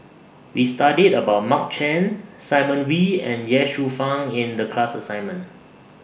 We studied about Mark Chan Simon Wee and Ye Shufang in The class assignment